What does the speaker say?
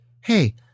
Hey